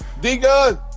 D-Gun